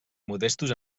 modestos